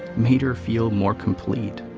made her feel more complete.